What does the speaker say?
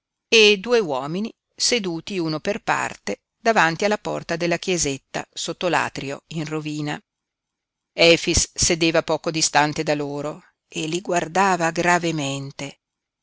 e due uomini seduti uno per parte davanti alla porta della chiesetta sotto l'atrio in rovina efix sedeva poco distante da loro e li guardava gravemente